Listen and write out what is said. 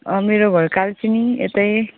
मेरो घर कालचिनी यतै